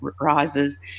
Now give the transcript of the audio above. rises